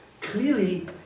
clearly